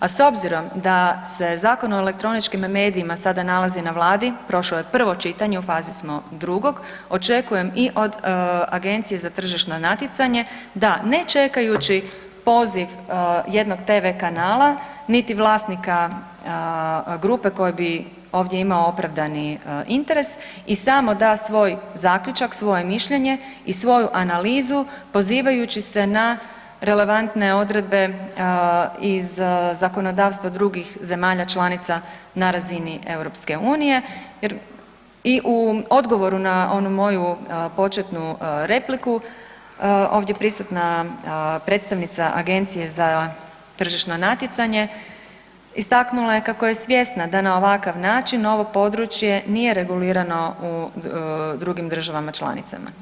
A s obzirom da se Zakon o elektroničkim medijima sada nalazi na Vladi, prošao je prvo čitanje u fazi smo drugog, očekujem i od Agencije za tržišno natjecanje da ne čekajući poziv jednog tv kanala, niti vlasnika grupe koje bi ovdje imao opravdani interes i samo da svoj zaključak, svoje mišljenje i svoju analizu pozivajući se na relevantne odredbe iz zakonodavstva drugih zemalja članica na razini EU jer i u odgovoru na onu moju početnu repliku ovdje prisutna predstavnica Agencije za tržišno natjecanje istaknula je kako je svjesna da na ovakav način ovo područje nije regulirano u drugim državama članicama.